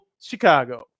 Chicago